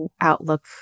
outlook